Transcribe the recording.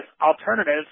alternative